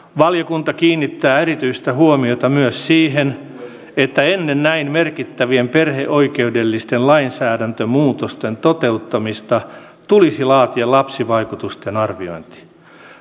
valiokunta kiinnittää erityistä huomiota myös siihen että ennen näin merkittävien perheoikeudellisten lainsäädäntömuutosten toteuttamista tulisi laatia lapsivaikutusten arviointi